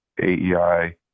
AEI